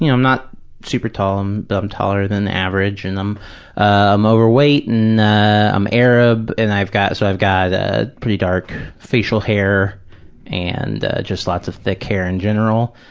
you know i'm not super tall um but i'm taller than average, and i'm i'm overweight and i'm arab and i've got, so i've got ah pretty dark facial hair and just lots of thick hair in general.